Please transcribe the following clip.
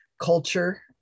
culture